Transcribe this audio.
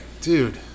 dude